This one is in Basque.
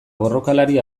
borrokalari